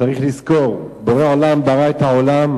צריך לזכור, בורא עולם ברא את העולם,